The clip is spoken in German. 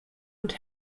und